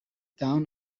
down